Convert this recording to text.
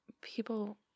people